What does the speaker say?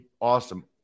Awesome